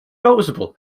noticeable